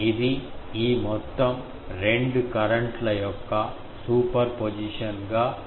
ఇది ఈ మొత్తం రెండు కరెంట్ ల యొక్క సూపర్ పొజిషన్ గా అవుతుంది